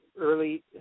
early